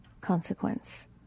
consequence